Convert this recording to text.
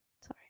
sorry